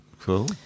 Cool